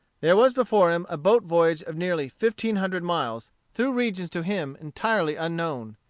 there was before him a boat voyage of nearly fifteen hundred miles, through regions to him entirely unknown.